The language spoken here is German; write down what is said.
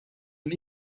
und